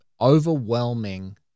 overwhelming